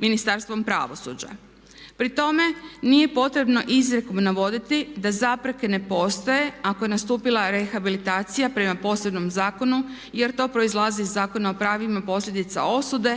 Ministarstvom pravosuđa. Pri tome nije potrebno izrijekom navoditi da zapreke ne postoje ako je nastupila rehabilitacija prema posebnom zakonu jer to proizlazi iz Zakona o pravima posljedica osude,